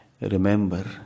Remember